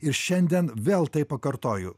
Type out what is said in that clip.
ir šiandien vėl tai pakartoju